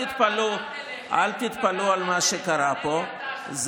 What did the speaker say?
אל תתפלאו על מה שקרה פה,